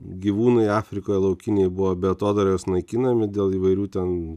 gyvūnai afrikoje laukiniai buvo be atodairos naikinami dėl įvairių ten